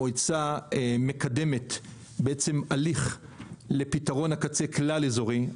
המועצה מקדמת בעצם הליך לפתרון הקצה כלל אזורי.